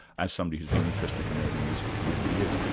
as somebody who's been interested in early music for many years,